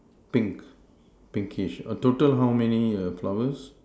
pink pinkish err total how many err flowers